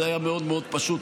זה היה מאוד מאוד פשוט,